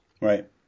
right